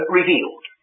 revealed